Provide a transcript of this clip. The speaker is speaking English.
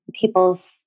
people's